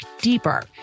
deeper